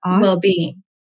well-being